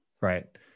right